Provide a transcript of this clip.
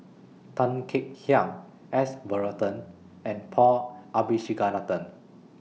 Tan Kek Hiang S Varathan and Paul Abisheganaden